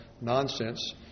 nonsense